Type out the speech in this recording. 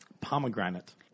Pomegranate